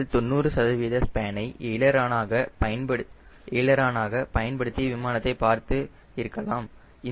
நீங்கள் 90 சதவீத ஸ்பேனை எய்லரானாக பயன்படுத்திய விமானத்தை பார்த்து இருக்கலாம்